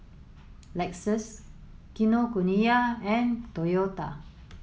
Lexus Kinokuniya and Toyota